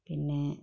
പിന്നേ